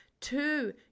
Two